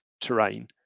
terrain